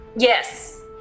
Yes